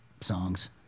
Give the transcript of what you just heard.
songs